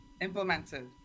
implemented